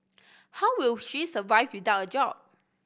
how will she survive without a job